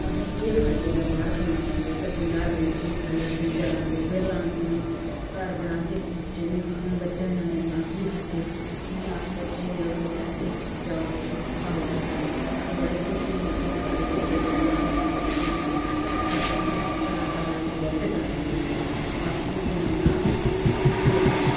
असें गी केह् फायदा होएआ बाह्र खलाने दा असें पञां रपेऽ दी चीज खलाई असेंगी ज्हारां रपेऽ फिर लाने पौने अस घर बनागे बच्चे बी खाङन बच्चे दे कन्नै अस बी खागे इ'यां अस बच्चे गी देई ओड़गे पैसे जाओ बच्चे ओ खाओ उद्धर जाइयै अस बडे़ खुश होई जाह्गे कि साढञे बच्चे लेकिन अस अपने बच्चे लेई बच्चे कन्ने सरासर अस गल्त करा दे होगे आपूं बनाना आपूं खलाना